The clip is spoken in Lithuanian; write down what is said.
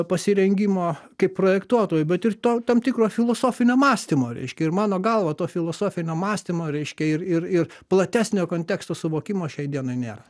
pasirengimo kaip projektuotojui bet ir to tam tikro filosofinio mąstymo reiškia ir mano galva to filosofinio mąstymo reiškia ir ir ir platesnio konteksto suvokimo šiai dienai nėra